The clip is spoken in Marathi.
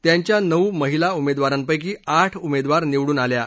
त्यांच्या नऊ महिला उमेदवारांपैकी आठ उमेदवार निवडून आल्या आहेत